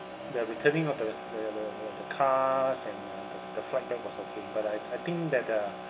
the returning of the the the the cars and the the flight that was okay but I I think that the